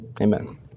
Amen